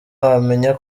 wamenya